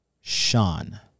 Sean